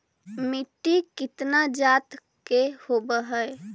मिट्टी कितना जात के होब हय?